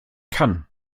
kann